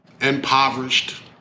impoverished